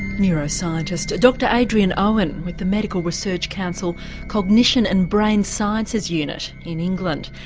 neuroscientist dr adrian owen with the medical research council cognition and brain sciences unit in england.